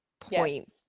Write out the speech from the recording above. points